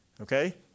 Okay